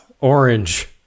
Orange